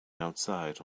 outside